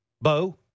Bo